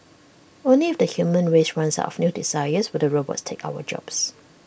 only if the human race runs out of new desires will the robots take our jobs